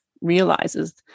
realizes